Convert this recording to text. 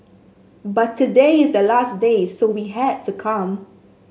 but today is the last day so we had to come